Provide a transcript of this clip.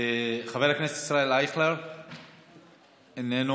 חבר הכנסת ישראל אייכלר, איננו.